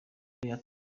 umugore